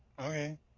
Okay